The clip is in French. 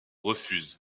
refuse